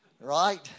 right